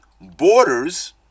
borders